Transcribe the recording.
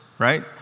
Right